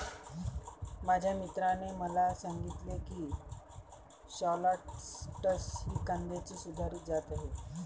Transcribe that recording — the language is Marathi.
माझ्या मित्राने मला सांगितले की शालॉट्स ही कांद्याची सुधारित जात आहे